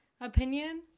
opinion